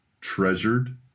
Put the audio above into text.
treasured